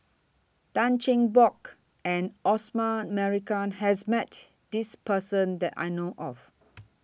Tan Cheng Bock and Osman Merican has Met This Person that I know of